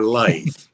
life